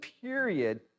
period